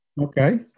Okay